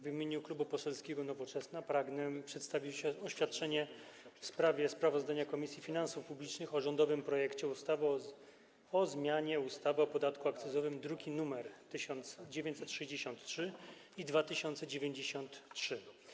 W imieniu Klubu Poselskiego Nowoczesna pragnę przedstawić oświadczenie w sprawie sprawozdania Komisji Finansów Publicznych o rządowym projekcie ustawy o zmianie ustawy o podatku akcyzowym, druki nr 1963 i 2093.